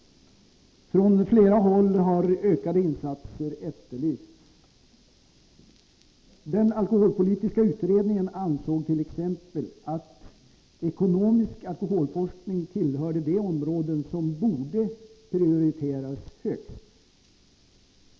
Från flera håll har ökade insatser efterlysts. Den alkoholpolitiska utredningen ansåg t.ex. att ekonomisk alkoholforskning tillhörde de områden som borde prioriteras högst.